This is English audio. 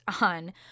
on